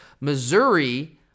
Missouri